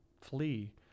flee